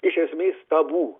iš esmės tabu